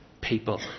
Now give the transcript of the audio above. people